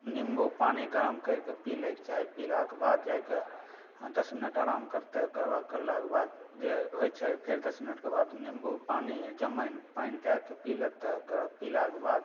नींबू पानि गरम करिके पी लै के चाही पीलाके बाद जाइ कऽ दश मिनट आराम करतै ओकर बाद करलाके बाद जे होइत छै फेर दश मिनटके बाद नींबू पानि जमाइन पानि दए कऽ पी लेतै ओकर बाद पीलाके बाद